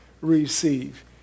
receive